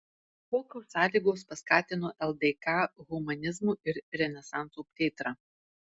kokios sąlygos paskatino ldk humanizmo ir renesanso plėtrą